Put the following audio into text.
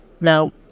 now